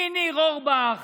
מניר אורבך